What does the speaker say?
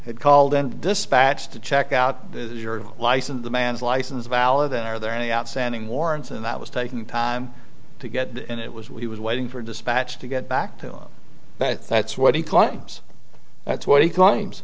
had called and dispatch to check out your license demands license valid and are there any outstanding warrants and that was taking time to get it and it was he was waiting for dispatch to get back to you but that's what he climbs that's what he clim